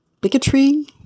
bigotry